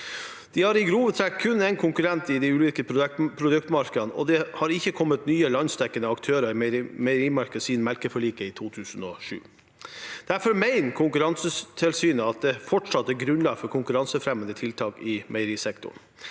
De har i grove trekk kun én konkurrent i de ulike produktmarkedene, og det har ikke kommet nye landsdekkende aktører i meierimarkedet siden melkeforliket i 2007. Derfor mener Konkurransetilsynet at det fortsatt er grunnlag for konkurransefremmende tiltak i meierisektoren.